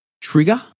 trigger